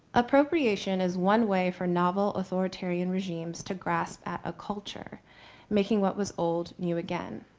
appropriation is one way for novel authoritarian regimes to grasp at a culture making what was old new again.